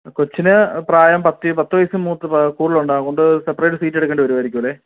കൊച്ചിന് പ്രായം പത്ത് പത്ത് വയസ്സ് മൂത്ത് പ്രായ കൂടുതലുണ്ടാകും അതുകൊണ്ട് സെപ്പറേറ്റ് സീറ്റ് എടുക്കേണ്ടി വരുവായിരിക്കും അല്ലേ